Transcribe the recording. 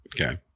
Okay